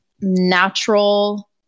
natural